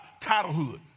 titlehood